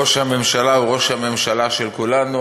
ראש הממשלה הוא ראש הממשלה של כולנו.